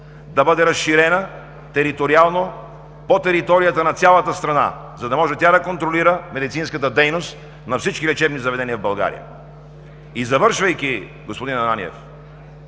да бъде териториално разширена по територията на цялата страна, за да може тя да контролира медицинската дейност на всички лечебни заведения в България. Завършвайки, господин Ананиев,